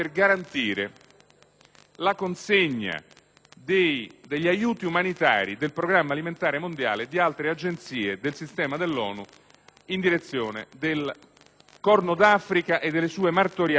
la consegna degli aiuti umanitari del programma alimentare mondiale e di altre agenzie del sistema ONU in direzione del Corno d'Africa e delle sue martoriate popolazioni.